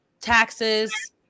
taxes